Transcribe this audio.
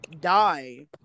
die